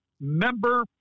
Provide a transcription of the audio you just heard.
member